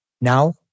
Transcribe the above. Now